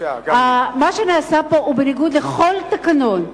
מה שנעשה פה הוא בניגוד לכל תקנון.